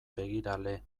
begirale